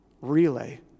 relay